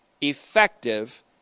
effective